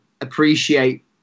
appreciate